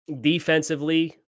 Defensively